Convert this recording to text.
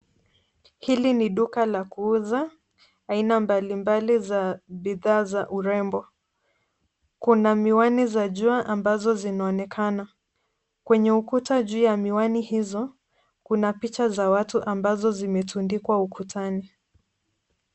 Hili ni duka la kuuza aina mbalimbali za bidhaa za urembo, kuna miwani za jua ambazo zinaonekana. Kwenye ukuta juu ya miwani hizo, kuna picha za watu ambazo zimetundikwa ukutani.